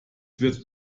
wird